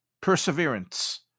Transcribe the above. perseverance